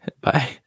bye